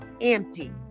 empty